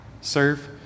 serve